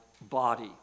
body